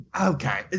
Okay